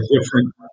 different